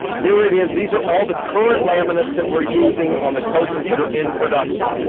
here it is. these are all the current laminates that we're using on the coaches that are in production.